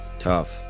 tough